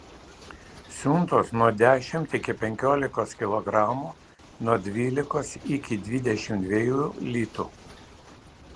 siuntos nuo dešimt iki penkiolikos kilogramų nuo dvylikos iki dvidešimt dviejų litų